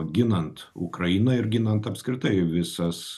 ginant ukrainą ir ginant apskritai visas